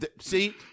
see